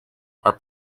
are